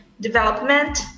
development